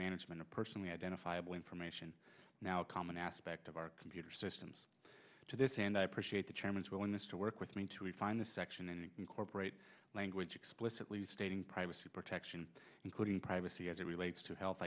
management of personally identifiable information now a common aspect of our computer systems to this and i appreciate the chairman's willingness to work with me to find the section and incorporate language explicitly stating privacy protection including privacy as it relates to health